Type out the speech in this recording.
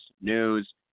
news